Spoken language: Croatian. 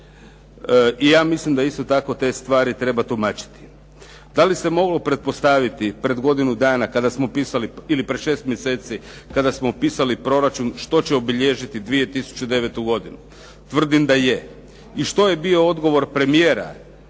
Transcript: I ja mislim da isto tako te stvari treba tumačiti. Da li se moglo pretpostaviti pred godinu dana kada smo pisali, ili pred 6 mjeseci kada smo pisali proračun, što će obilježiti 2009. godinu? Tvrdim da je. i što je bio odgovor premijera